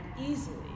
easily